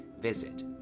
visit